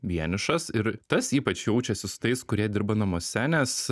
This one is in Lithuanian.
vienišas ir tas ypač jaučiasi su tais kurie dirba namuose nes